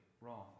wrong